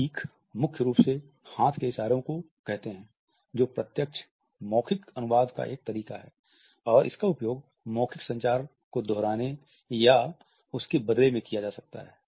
प्रतीक मुख्य रूप से हाथ के इशारों को कहते हैं जो प्रत्यक्ष मौखिक अनुवाद का एक तरीका है और इसका उपयोग मौखिक संचार को दोहराने या उसके बदले में किया जा सकता है